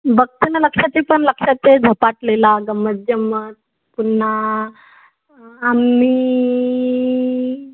बघते ना लक्षाचे पण लक्षाचे झपाटलेला गंमत जंमत पुन्हा आम्ही